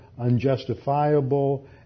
unjustifiable